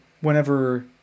whenever